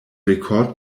record